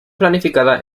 planificada